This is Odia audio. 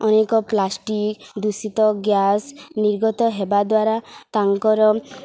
ଅନେକ ପ୍ଲାଷ୍ଟିକ୍ ଦୂଷିତ ଗ୍ୟାସ୍ ନିର୍ଗତ ହେବା ଦ୍ୱାରା ତାଙ୍କର